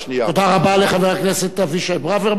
תודה רבה לחבר הכנסת אבישי ברוורמן.